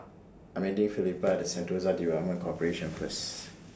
I'm meeting Felipa At Sentosa Development Corporation First